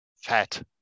fat